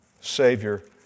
Savior